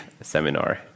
seminar